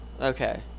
Okay